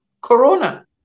Corona